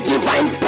divine